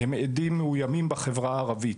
הם עדים מאוימים בחברה הערבית.